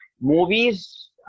movies